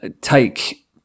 take